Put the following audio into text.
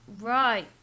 Right